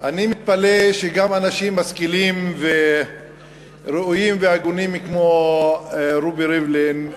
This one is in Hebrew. אני מתפלא שגם אנשים משכילים וראויים והגונים כמו רובי ריבלין,